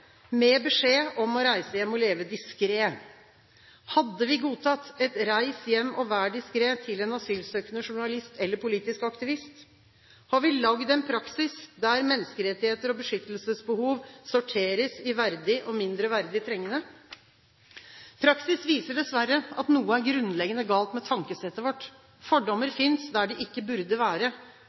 med beskjed om å reise hjem og leve diskret. Hadde vi godtatt et «reis hjem og vær diskret» til en asylsøkende journalist eller en politisk aktivist? Har vi lagd en praksis der menneskerettigheter og beskyttelsesbehov sorteres i verdig og mindre verdig trengende? Praksis viser dessverre at noe er grunnleggende galt med tankesettet vårt. Fordommer finnes der de ikke burde være.